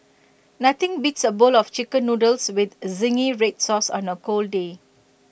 nothing beats A bowl of Chicken Noodles with Zingy Red Sauce on A cold day